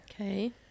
Okay